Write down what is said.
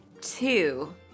two